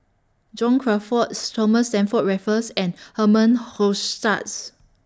John Crawfurd's Thomas Stamford Raffles and Herman Hochstadt's